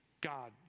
God